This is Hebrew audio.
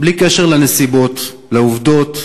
הזדמנות, בלי קשר לנסיבות, לעובדות,